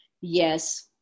yes